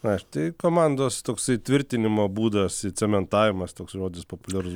na tai komandos toksai tvirtinimo būdas cementavimas toks rodos populiarus